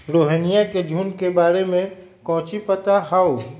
रोहिनया के झुंड के बारे में कौची पता हाउ?